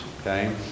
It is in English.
okay